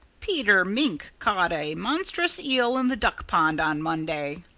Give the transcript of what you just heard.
peter mink caught a monstrous eel in the duck pond on monday,